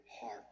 heart